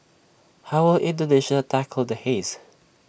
how will Indonesia tackle the haze